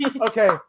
Okay